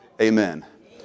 Amen